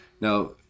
Now